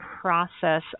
process